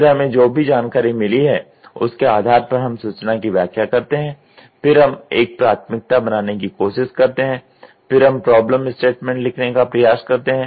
फिर हमें जो भी जानकारी मिली है उसके आधार पर हम सूचना की व्याख्या करते हैं फिर हम एक प्राथमिकता बनाने की कोशिश करते हैं फिर हम प्रॉब्लम स्टेटमेंट लिखने का प्रयास करते हैं